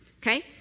Okay